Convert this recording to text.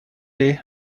day